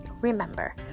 Remember